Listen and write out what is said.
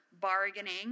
bargaining